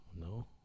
No